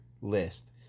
list